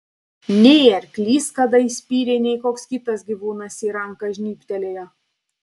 nei arklys kada įspyrė nei koks kitas gyvūnas į ranką žnybtelėjo